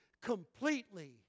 completely